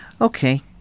okay